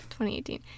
2018